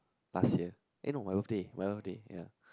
last year eh no my birthday my birthday ya